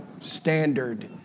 standard